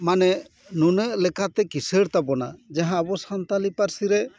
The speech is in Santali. ᱢᱟᱱᱮ ᱱᱩᱱᱟᱹᱜ ᱞᱮᱠᱟᱛᱮ ᱠᱤᱥᱟᱹᱲ ᱛᱟᱵᱚᱱᱟ ᱡᱟᱦᱟᱸ ᱟᱵᱚ ᱥᱟᱱᱛᱟᱲᱤ ᱯᱟᱹᱨᱥᱤ ᱨᱮ